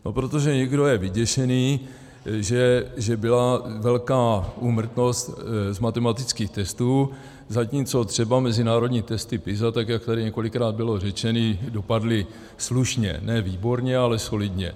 No protože někdo je vyděšený, že byla velká úmrtnost z matematických testů, zatímco třeba mezinárodní testy PISA, tak jak tady několikrát bylo řečeno, dopadly slušně ne výborně, ale solidně.